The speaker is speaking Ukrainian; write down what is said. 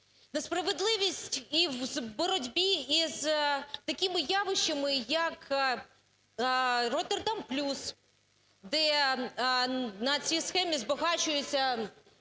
На справедливість і в боротьбі із такими явищами, як "Роттердам плюс", де на цій схемі збагачуються